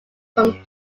from